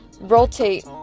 rotate